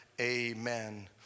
Amen